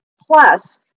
plus